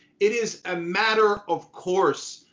it is a matter of course.